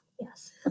yes